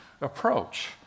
approach